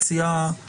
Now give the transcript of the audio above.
המציעה, המובילה,